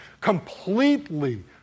completely